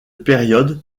période